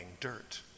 dirt